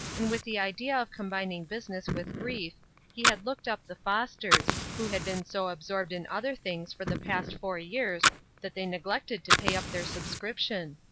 and with the idea of combining business with grief he had looked up the fosters, who had been so absorbed in other things for the past four years that they neglected to pay up their subscription.